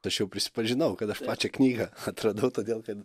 tai aš jau prisipažinau kad aš pačią knygą atradau todėl kad